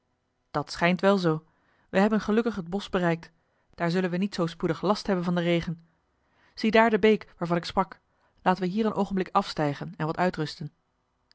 dat schijnt wel zoo we hebben gelukkig het bosch bereikt daar zullen we niet zoo spoedig last hebben van den regen ziedaar de beek waarvan ik sprak laten we hier een oogenblik afstijgen en wat uitrusten